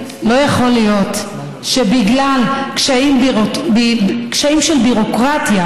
לא יכול להיות שבגלל קשיים של ביורוקרטיה